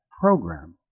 program